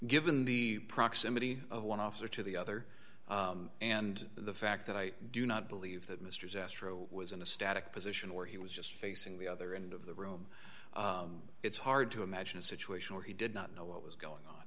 given the proximity of one officer to the other and the fact that i do not believe that mr is astro was in a static position or he was just facing the other end of the room it's hard to imagine a situation where he did not know what was going on